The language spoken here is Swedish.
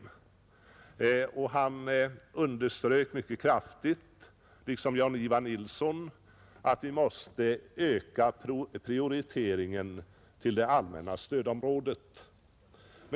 Han liksom Jan-Ivan Nilsson i Tvärålund underströk mycket kraftigt att vi måste öka prioriteringen till det allmänna stödområdet.